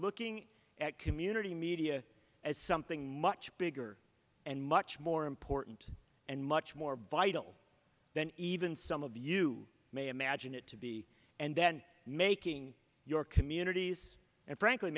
looking at community media as something much bigger and much more important and much more vital than even some of you may imagine it to be and then making your communities and frankly